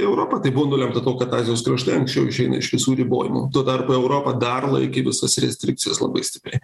į europą tai buvo nulemta to kad azijos kraštai anksčiau išeina iš visų ribojimų tuo tarpu europa dar laikė visas restrikcijas labai stipriai